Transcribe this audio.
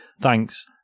Thanks